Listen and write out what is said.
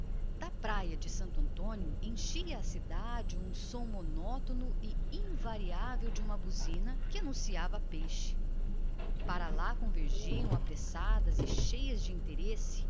da praia de santo antônio enchiam toda a cidade os sons invariáveis e monótonos de uma buzina anunciando que os pescadores chegavam do mar para lá convergiam apressadas e cheias de interesse